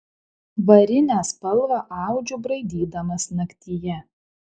varinę spalvą audžiu braidydamas naktyje